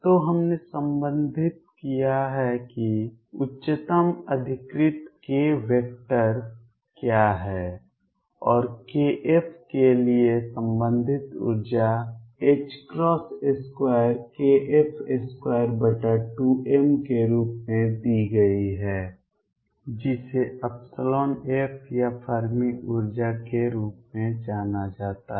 तो हमने संबंधित किया है कि उच्चतम अधिकृत k वेक्टर क्या है और kF के लिए संबंधित ऊर्जा 2kF22m के रूप में दी गई है जिसे F या फर्मी ऊर्जा के रूप में जाना जाता है